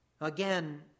Again